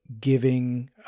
giving